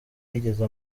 yigeze